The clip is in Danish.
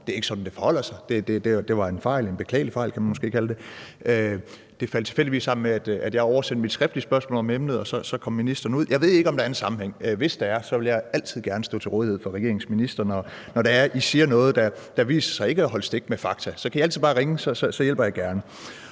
at det ikke er sådan, det forholder sig. Det var en fejl, en beklagelig fejl, kan man måske kalde det. Det faldt tilfældigvis sammen med, at jeg oversendte mit skriftlige spørgsmål om emnet, og så kom ministeren ud. Jeg ved ikke, om der er en sammenhæng. Hvis der er, vil jeg altid gerne stå til rådighed for regeringens ministre, når I siger noget, der viser sig ikke at holde stik i forhold til fakta. Så kan I altid bare ringe – så hjælper jeg gerne.